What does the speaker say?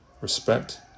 Respect